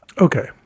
Okay